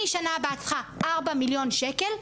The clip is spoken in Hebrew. אני שנה הבאה צריכה ארבעה מיליון שקל,